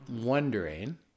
wondering